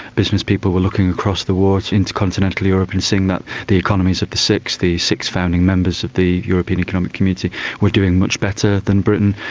business people were looking across the water into continental europe and seeing that the economies of the six the six founding members of the european economic community were doing much better than britain.